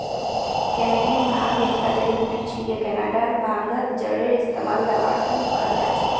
Canadian भांग एकता जड़ी बूटी छिके कनाडार भांगत जरेर इस्तमाल दवार त न कराल जा छेक